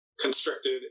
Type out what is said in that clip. constricted